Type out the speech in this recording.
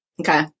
Okay